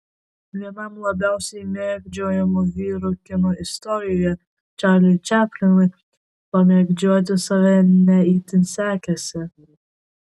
vienam labiausiai mėgdžiojamų vyrų kino istorijoje čarliui čaplinui pamėgdžioti save ne itin sekėsi